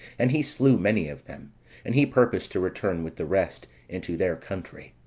and he slew many of them and he purposed to return with the rest into their country.